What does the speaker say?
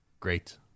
Great